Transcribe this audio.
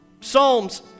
Psalms